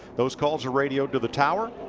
those calls are radioed to the tower.